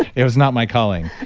it was not my calling.